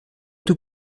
tout